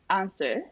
answer